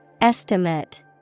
Estimate